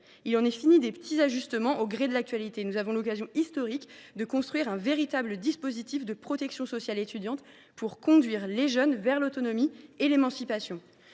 Il en est fini des petits ajustements au gré de l’actualité. Nous avons l’occasion historique de construire un véritable dispositif de protection sociale étudiante pour conduire les jeunes vers l’autonomie et l’émancipation.